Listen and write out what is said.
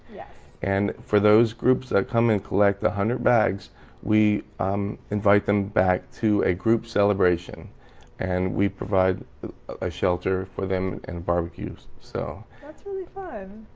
yeah and for those groups that come and collect the hundred bags we um invite them back to a group celebration and we provide a shelter for them and barbecues so. that's really fun.